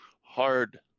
hard